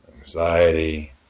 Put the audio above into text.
anxiety